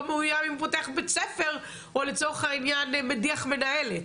מאויים אם הוא פותח בית ספר או לצורך הענין מדיח מנהלת.